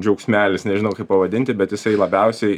džiaugsmelis nežinau kaip pavadinti bet jisai labiausiai